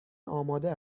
آماده